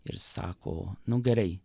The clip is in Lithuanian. ir sako nu gerai